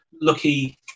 lucky